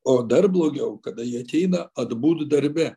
o dar blogiau kada jie ateina atbūt darbe